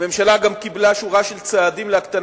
הממשלה גם קיבלה החלטה על שורה של צעדים להקטנת